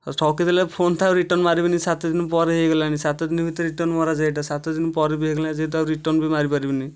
ଠକିଦେଲେ ଆଉ ଫୋନ୍ ତ ଆଉ ରିଟର୍ନ୍ ମାରିବିନି ସାତ ଦିନ ପରେ ହୋଇଗଲାଣି ସାତ ଦିନ ଭିତରେ ରିଟର୍ନ୍ ମରାଯାଏ ଏଇଟା ସାତ ଦିନ ପରେ ବି ହୋଇଗଲାଣି ଯେହେତୁ ଆଉ ରିଟର୍ନ୍ ବି ମାରିପାରିବିନି